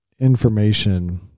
information